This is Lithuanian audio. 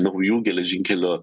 naujų geležinkelio